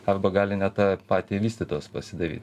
arba gali net patį vystytojas pasidaryt